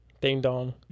Ding-dong